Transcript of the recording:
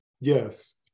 Yes